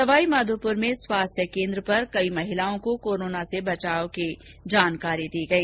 सवाईमाधोपुर में स्वास्थ्य केन्द्र पर कई महिलाओं को कोरोना से बचाव की जानकारी दी गई